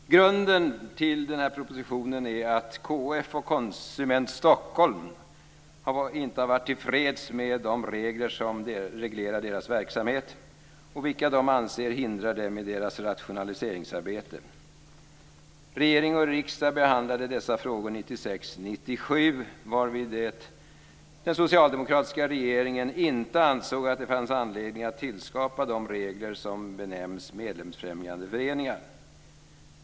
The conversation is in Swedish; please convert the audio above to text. Herr talman! Grunden till propositionen är att KF och Konsument Stockholm inte har varit tillfreds med de regler som reglerar deras verksamhet och vilka de anser hindrar dem i deras rationaliseringsarbete. Regering och riksdag behandlade dessa frågor 1996/97, varvid den socialdemokratiska regeringen inte ansåg att det fanns anledning att skapa de regler som benämns medlemsfrämjande föreningar.